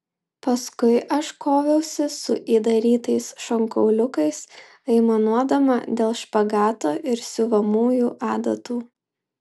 paskui aš koviausi su įdarytais šonkauliukais aimanuodama dėl špagato ir siuvamųjų adatų